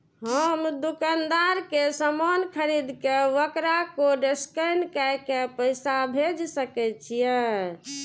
हम दुकानदार के समान खरीद के वकरा कोड स्कैन काय के पैसा भेज सके छिए?